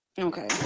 Okay